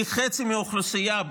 כחצי מהאוכלוסייה,